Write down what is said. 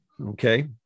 Okay